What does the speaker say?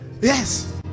yes